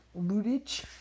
Ludic